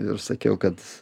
ir sakiau kad